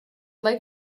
like